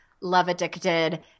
love-addicted